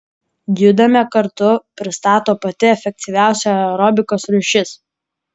judame kartu pristato pati efektyviausia aerobikos rūšis